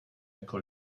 jako